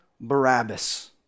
Barabbas